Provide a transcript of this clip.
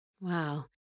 Wow